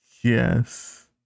Yes